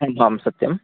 अय् आम् सत्यम्